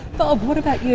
bob, what about yeah